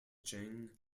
jean